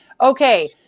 Okay